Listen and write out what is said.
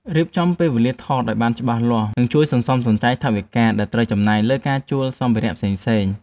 រៀបចំពេលវេលាថតឱ្យបានច្បាស់លាស់នឹងជួយសន្សំសំចៃថវិកាដែលត្រូវចំណាយលើការជួលសម្ភារៈផ្សេងៗ។